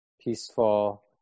peaceful